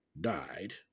died